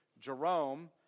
Jerome